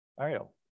Ariel